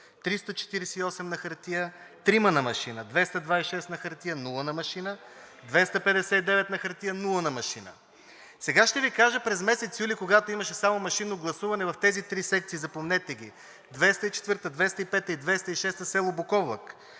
348 на хартия – трима на машина; 226 на хартия – нула на машина, 259 на хартия – нула на машина. Сега ще Ви кажа през месец юли, когато имаше само машинно гласуване, в тези три секции, запомнете ги – 204, 205 и 206, в село Буковлък